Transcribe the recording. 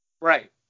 Right